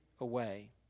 away